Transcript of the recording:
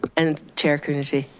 and chair coonerty.